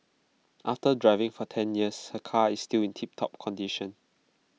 after driving for ten years her car is still in tiptop condition